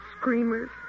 screamers